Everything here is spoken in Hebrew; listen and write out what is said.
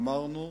אמרנו,